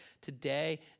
today